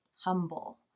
humble